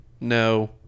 No